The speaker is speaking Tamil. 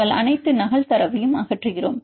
நாங்கள் அனைத்து நகல் தரவையும் அகற்றுகிறோம